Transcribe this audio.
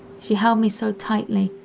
she held me so tightly,